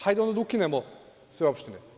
Hajde onda da ukinemo sve opštine.